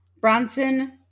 Bronson